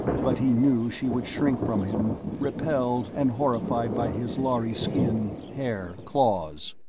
but he knew she would shrink from him, repelled and horrified by his lhari skin, hair, claws.